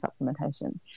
supplementation